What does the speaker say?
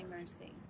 mercy